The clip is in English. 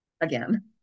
Again